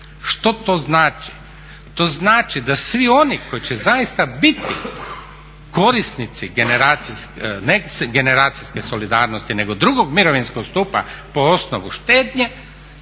Što to znači? To znači da svi oni koji će zaista biti korisnici, ne generacijske solidarnosti nego drugog mirovinskog stupa po osnovu štednje